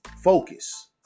Focus